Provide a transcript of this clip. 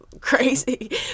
crazy